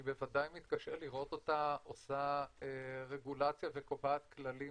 אני בוודאי מתקשה לראות אותה עושה רגולציה וקובעת כללים